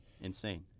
Insane